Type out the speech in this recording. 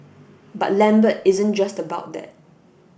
but Lambert isn't just about that